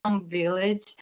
village